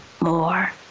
more